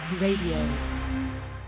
Radio